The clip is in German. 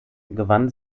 gewann